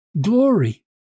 glory